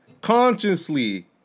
consciously